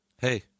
Hey